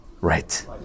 Right